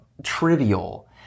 trivial